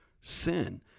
sin